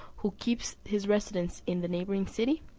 who keeps his residence in the neighbouring city,